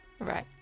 Right